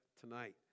tonight